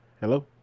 Hello